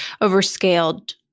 overscaled